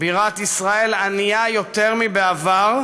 בירת ישראל ענייה יותר מבעבר,